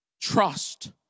trust